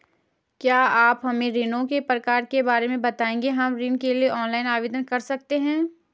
क्या आप हमें ऋणों के प्रकार के बारे में बताएँगे हम ऋण के लिए ऑनलाइन आवेदन कर सकते हैं?